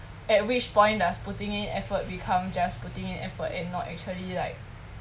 at which point does putting in effort become just putting in effort and not actually like